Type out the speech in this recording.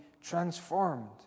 transformed